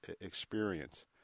experience